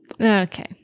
Okay